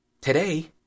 today